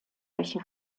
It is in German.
welche